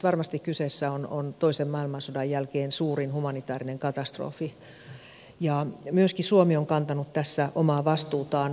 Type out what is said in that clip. varmasti kyseessä on toisen maailmansodan jälkeen suurin humanitaarinen katastrofi ja myöskin suomi on kantanut tässä omaa vastuutaan